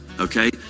okay